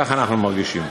ככה אנחנו מרגישים.